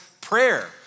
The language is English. prayer